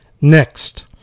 Next